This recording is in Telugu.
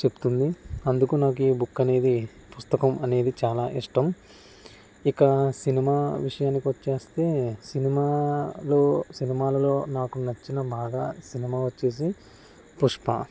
చెప్తుంది అందుకు నాకు ఈ బుక్ అనేది పుస్తకం అనేది చాలా ఇష్టం ఇక సినిమా విషయానికి వచ్చేస్తే సినిమాలో సినిమాలలో నాకు నచ్చిన బాగా సినిమా వచ్చేసి పుష్ప